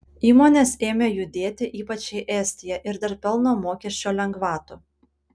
įmonės ėmė judėti ypač į estiją ir dėl pelno mokesčio lengvatų